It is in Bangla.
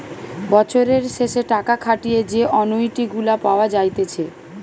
বছরের শেষে টাকা খাটিয়ে যে অনুইটি গুলা পাওয়া যাইতেছে